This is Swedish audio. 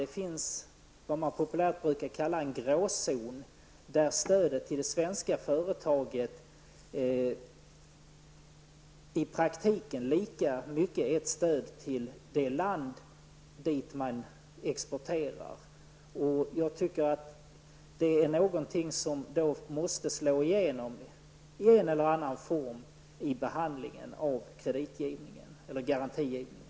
Det finns vad man populärt brukar kalla en gråzon där stödet till svenska företag i praktiken lika mycket är ett stöd till det land till vilket man exporterar. Jag tycker att det är någonting som måste slå igenom i en eller annan form i behandlingen av kredit eller garantigivningen.